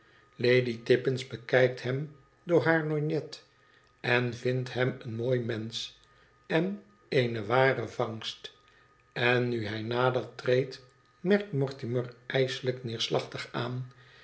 lady tippins bekijkt hem door haar lorgnet en vindt hem een mooi mensch en eene ware vangst en nu hij nader treedt merkt mortimer ijselijk neerslachtig aan